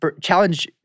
challenge